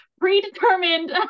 Predetermined